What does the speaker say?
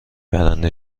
برنده